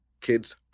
kids